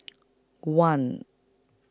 one